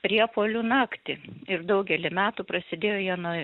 priepuolių naktį ir daugelį metų prasidėjo jie nuo